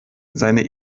seine